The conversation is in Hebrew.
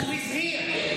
הוא הזהיר.